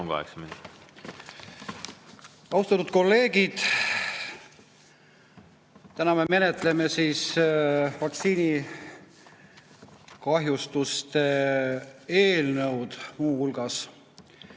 Austatud kolleegid! Täna me menetleme vaktsiinikahjustuste eelnõu, muu hulgas.